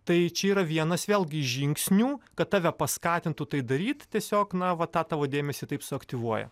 tai čia yra vienas vėlgi žingsnių kad tave paskatintų tai daryti tiesiog na va tą tavo dėmesį taip suaktyvuoja